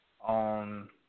on